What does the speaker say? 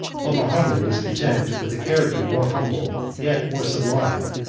but mahomet was content with a character, more humble, yet more sublime,